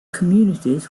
communities